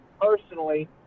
personally